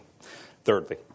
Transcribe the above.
Thirdly